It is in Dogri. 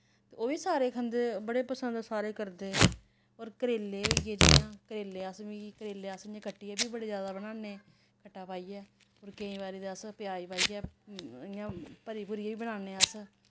ते ओह् बी सारे खंदे बड़े पसंद सारे करदे होर करेले होई गे जियां करेले अस मिगी करेले अस इ'यां कट्टियै बी बड़े ज्यादा बनाने खट्टा पाइयै होर केईं बारी ते अस प्याज पाइयै इ'यां भरी भुरियै बी बनान्ने अस